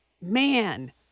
Man